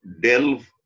delve